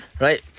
Right